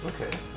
Okay